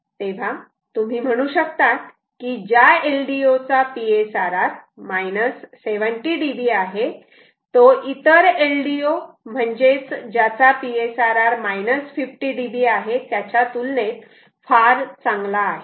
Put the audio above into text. तेव्हा तुम्ही म्हणू शकतात की ज्या LDO चा PSRR 70 dB आहे तो इतर LDO म्हणजेच ज्याचा PSRR 50 dB आहे त्याच्या तुलनेत फार चांगला आहे